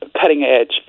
cutting-edge